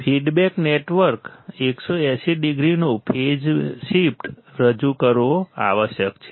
feedback નેટવર્કે 180 ડિગ્રીનો phase shift રજૂ કરવો આવશ્યક છે